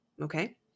Okay